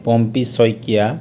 Pompi Saikia